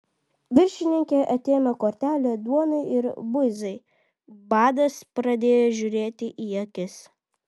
viršininkė atėmė kortelę duonai ir buizai badas pradėjo žiūrėti į akis